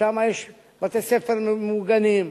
שם יש בתי-ספר ממוגנים,